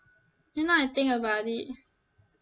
ya now I think about it